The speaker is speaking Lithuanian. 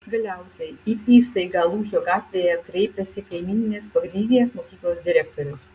galiausiai į įstaigą lūžio gatvėje kreipiasi kaimyninės pagrindinės mokyklos direktorius